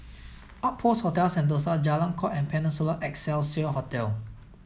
Outpost Hotel Sentosa Jalan Kuak and Peninsula Excelsior Hotel